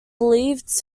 believed